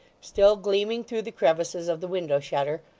still gleaming through the crevices of the window-shutter,